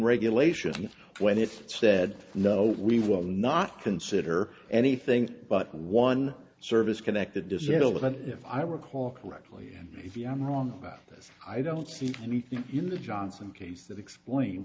regulations when it said no we will not consider anything but one service connected disability if i recall correctly and if you are wrong about this i don't see anything in the johnson case that explains